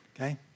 Okay